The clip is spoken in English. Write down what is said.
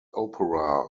opera